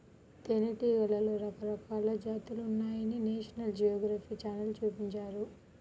తేనెటీగలలో రకరకాల జాతులున్నాయని నేషనల్ జియోగ్రఫీ ఛానల్ చూపించారు